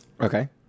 Okay